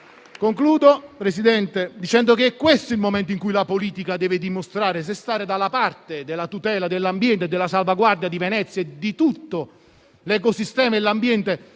Signor Presidente, questo è il momento in cui la politica deve dimostrare se stare dalla parte della tutela dell'ambiente, della salvaguardia di Venezia e di tutto l'ecosistema, l'ambiente